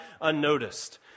unnoticed